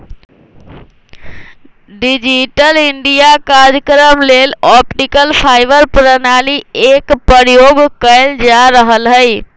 digital India काजक्रम लेल optical fibre प्रणाली एक प्रयोग कएल जा रहल हइ